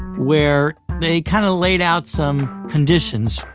where they kind of laid out some conditions.